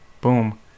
Boom